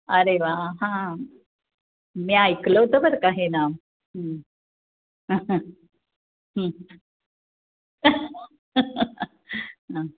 अरे वा हां मी ऐकलं होतं बरं का हे नाव